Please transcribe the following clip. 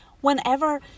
Whenever